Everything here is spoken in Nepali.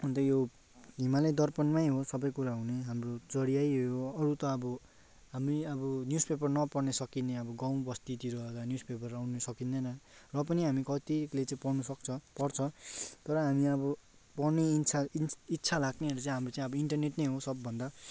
अन्त यो हिमाली दर्पणमै हो सबै कुरा हुने हाम्रो जडियाँ यही हो अरू त अब हामी अब न्युज पेपर नपढ्न सकिने अब गाउँ बस्तीतिर होला न्युस पेपर आउनु सकिँदैन र पनि हामी कतिले चाहिँ पढ्नु सक्छ पढ्छ तर हामी अब पढ्ने इच्छा लाग्नेहरू हामी चाहिँ अब इन्टरनेट नै हो सबभन्दा